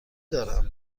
دارم